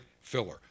filler